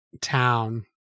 town